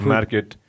Market